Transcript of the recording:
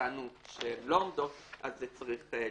מצאנו שהן לא עומדות, אז זה צריך להיות.